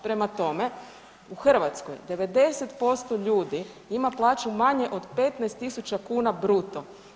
Prema tome, u Hrvatskoj 90% ljudi ima plaću manje od 15.000 kuna bruto.